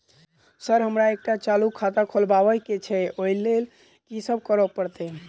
Sir हमरा एकटा चालू खाता खोलबाबह केँ छै ओई लेल की सब करऽ परतै?